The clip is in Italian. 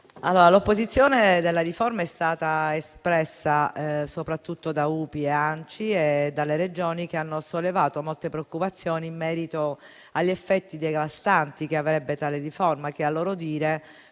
l'opposizione è stata espressa da UPI e ANCI e dalle Regioni che hanno sollevato preoccupazioni in merito agli effetti devastanti che avrebbe tale riforma che, a loro dire,